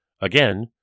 Again